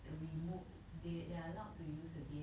the remote they they are allowed to use again